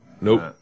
Nope